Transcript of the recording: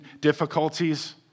difficulties